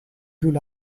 joues